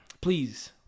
please